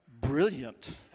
brilliant